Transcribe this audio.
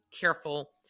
careful